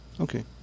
Okay